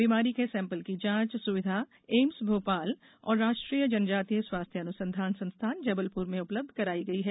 बीमारी के सेंपल की जांच सुविधा एम्स भोपाल और राष्ट्रीय जनजातीय स्वास्थ्य अनुसंधान संस्थान जबलपुर में उपलब्ध कराई गई है